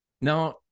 now